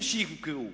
הם שיקבעו.